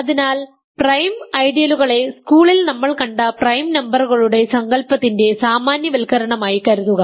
അതിനാൽ പ്രൈം ഐഡിയലുകളെ സ്കൂളിൽ നമ്മൾ കണ്ട പ്രൈം നമ്പറുകളുടെ സങ്കല്പത്തിന്റെ സാമാന്യവൽക്കരണമായി കരുതുക